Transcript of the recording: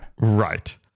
Right